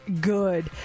good